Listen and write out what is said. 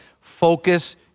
Focus